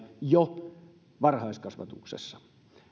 jo varhaiskasvatuksessa